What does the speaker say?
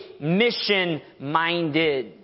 mission-minded